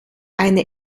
eine